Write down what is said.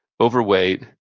overweight